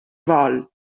vol